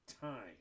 time